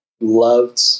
loved